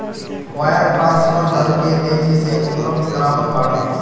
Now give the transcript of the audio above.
wire transfer धन के तेजी से उपलब्ध करावत बाटे